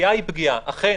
הפגיעה היא פגיעה, אכן.